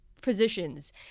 positions